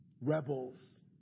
rebels